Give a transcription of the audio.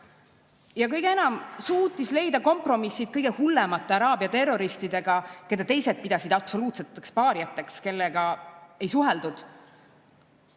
tähtsam, ta suutis sõlmida kompromissid kõige hullemate araabia terroristidega, keda teised pidasid absoluutseteks paariateks, kellega ei suheldud.